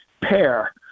pair